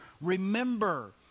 Remember